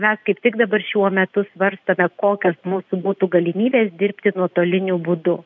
mes kaip tik dabar šiuo metu svarstome kokios mūsų būtų galimybės dirbti nuotoliniu būdu